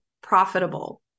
profitable